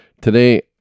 Today